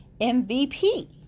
mvp